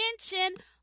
attention